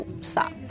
stop